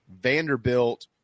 Vanderbilt